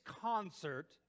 concert